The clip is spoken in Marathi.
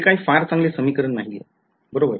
हे काही फार चांगले समीकरण नाहीये बरोबर